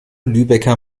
lübecker